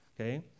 okay